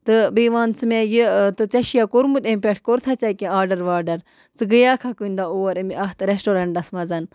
تہٕ بیٚیہِ وَن ژٕ مےٚ یہِ تہٕ ژےٚ چھِ یا کوٚرمُت امہِ پٮ۪ٹھ کوٚر تھا ژےٚ کیٚنٛہہ آرڈر واڈَر ژٕ گٔیوکھہٕ کُنہِ دۄہ اور أمۍ اَتھ رٮ۪سٹورَنٛٹَس منٛز